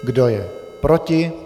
Kdo je proti?